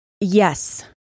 yes